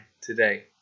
today